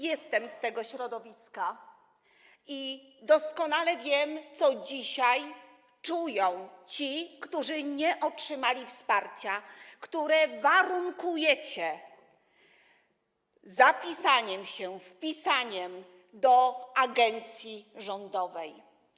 Jestem z tego środowiska i doskonale wiem, co dzisiaj czują ci, którzy nie otrzymali wsparcia, które warunkujecie wpisaniem się na listę agencji rządowej.